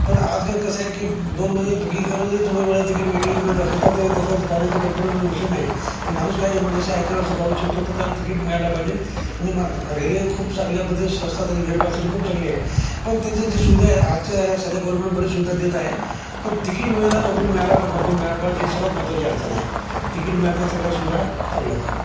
पण आज का कसं आहे की दोन महिने बुकिंग करूनही तो वेळाला तिकीट वेटिंग मिळत असेल तर ते त्याच्या जाण्याचे कनफमेशन नाही माणूस काही ए अमर्दशी आहे तर वेळेस जाऊ शकतो तर त्याला तिकीट मिळाला पाहिजे आणि रेल्वे खूप चांगल्या पद्ध स्वस्त तरी गरिबासाठी खूप चांगली आहे पण त्याच्यात जी जी सुविधा आजच्या सध्या गवरमेंट बरी सुविधा देत आ आहे पण तिकीट वेळेला लवकर मिळा पा कनफर्म मिळाला पाहिजे हे सर्वात महत्वाची अडचण आहे तिकीट मिळाल्या तर सगळ्या सुविधा चांगल्याच आहेत